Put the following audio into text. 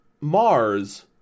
Mars